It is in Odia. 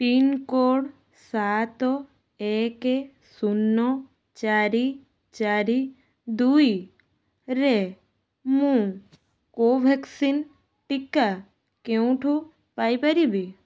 ପିନ୍କୋଡ଼୍ ସାତ ଏକ ଶୂନ ଚାରି ଚାରି ଦୁଇରେ ମୁଁ କୋଭ୍ୟାକ୍ସିନ୍ ଟିକା କେଉଁଠୁ ପାଇପାରିବି